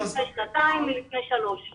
מלפני שנתיים ומלפני שלוש שנים.